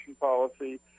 policy